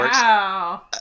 Wow